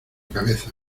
cabeza